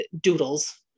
doodles